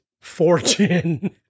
fortune